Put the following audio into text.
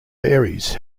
varies